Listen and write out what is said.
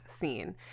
scene